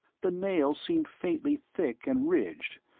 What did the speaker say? the nails seemed faintly thick and ridged,